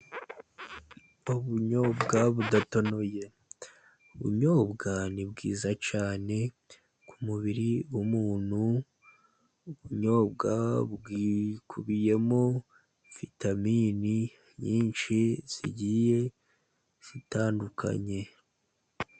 Ubunyobwa budatonoye, ubunyobwa ni bwiza cyane ku mubiri w'umuntu, ubunyobwa bwikubiyemo vitamini nyinshi zigiye zitandukanye.